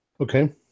Okay